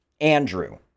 Andrew